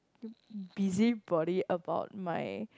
busybody about my